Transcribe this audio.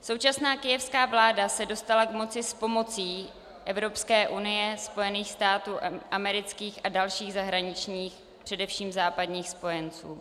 Současná kyjevská vláda se dostala k moci s pomocí Evropské unie, Spojených států amerických a dalších zahraničních, především západních spojenců.